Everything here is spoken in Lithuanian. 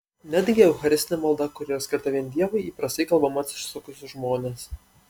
netgi eucharistinė malda kuri yra skirta vien dievui įprastai kalbama atsisukus į žmones